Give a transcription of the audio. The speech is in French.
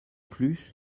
plus